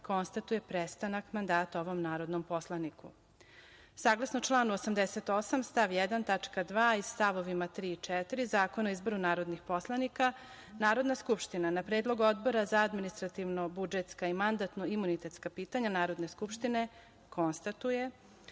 konstatuje prestanak mandata ovom narodnom poslaniku. Saglasno članu 88. stav 1. tačka 2) i stavovima 3. i 4. Zakona o izboru narodnih poslanika, Narodna skupština na predlog Odbora za administrativno-budžetska i mandatno-imunitetska pitanja Narodne skupštine, konstatuje